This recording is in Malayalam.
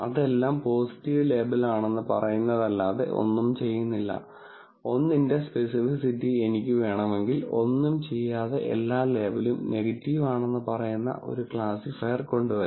അത് എല്ലാം പോസിറ്റീവ് ലേബൽ ആണെന്ന് പറയുന്നതല്ലാതെ ഒന്നും ചെയ്യുന്നില്ല 1 ന്റെ സ്പെസിഫിസിറ്റി എനിക്ക് വേണമെങ്കിൽ ഒന്നും ചെയ്യാതെ എല്ലാ ലേബലും നെഗറ്റീവ് ആണെന്ന് പറയുന്ന ഒരു ക്ലാസിഫയർ കൊണ്ടുവരാം